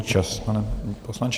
Čas, pane poslanče.